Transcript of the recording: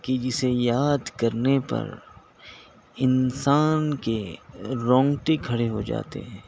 کہ جسے یاد کرنے پر انسان کے رونگٹے کھڑے ہو جاتے ہیں